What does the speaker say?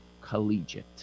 collegiate